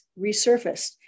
resurfaced